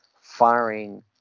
firing